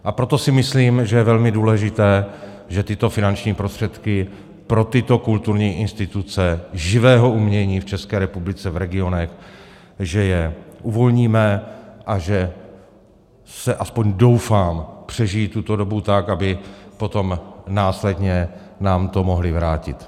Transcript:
A proto si myslím, že je velmi důležité, že tyto finanční prostředky pro tyto kulturní instituce živého umění v České republice, v regionech, uvolníme a že, aspoň doufám, přežijí tuto dobu tak, aby potom následně nám to mohly vrátit.